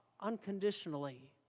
unconditionally